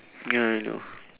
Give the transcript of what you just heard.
ya I know